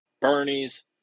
Bernie's